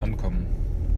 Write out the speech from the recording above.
ankommen